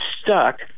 stuck